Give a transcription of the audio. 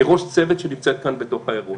היא ראש צוות שנמצאת כאן בתוך האירוע.